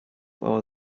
our